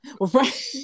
Right